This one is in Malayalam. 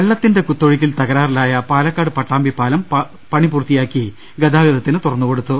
വെള്ളത്തിന്റെ കുത്തൊഴുക്കിൽ തകരാറിലായ പാലക്കാട് പട്ടാമ്പി പാലം പണി പൂർത്തിയാക്കി ഗതാഗതത്തിന് തുറന്നുകൊടുത്തു